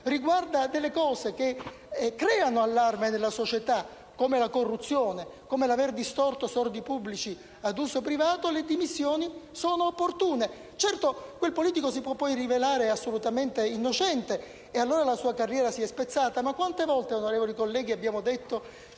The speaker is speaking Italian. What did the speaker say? riguarda dei fatti che creano allarme nella società, come la corruzione e l'aver distorto soldi pubblici ad uso privato, le dimissioni sono opportune. Certo, quel politico può poi rivelarsi assolutamente innocente e allora la sua carriera si sarà spezzata; ma quante volte, onorevoli colleghi, abbiamo detto